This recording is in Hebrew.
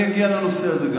אני אגיע לנושא הזה גם,